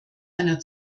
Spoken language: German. einer